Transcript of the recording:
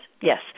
yes